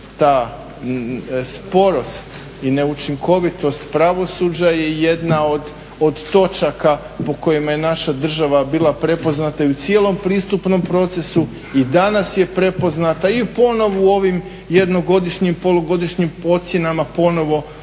ta sporost i neučinkovitost pravosuđa je jedna od točaka po kojima je naša država bila prepoznata i u cijelom pristupnom procesu i danas je prepoznata i ponovno u ovim jednogodišnjim, polugodišnjim ocjenama ponovo